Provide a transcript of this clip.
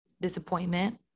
disappointment